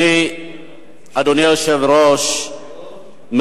אדוני היושב-ראש,